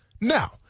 Now